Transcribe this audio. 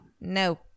No